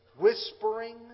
Whispering